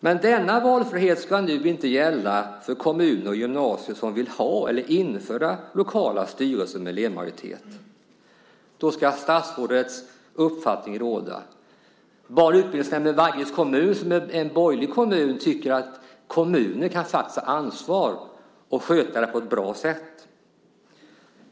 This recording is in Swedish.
Men denna valfrihet ska nu inte gälla för kommuner och gymnasier som vill ha eller införa lokala styrelser med elevmajoritet. Då ska statsrådets uppfattning råda. Barn och utbildningsnämnden i Vaggeryds kommun, som är en borgerlig kommun, tycker att kommuner faktiskt kan ta ansvar och sköta detta på ett bra sätt.